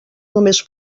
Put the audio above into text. només